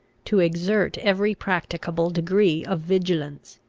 to exert every practicable degree of vigilance.